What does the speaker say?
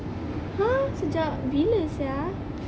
!huh! sejak bila sia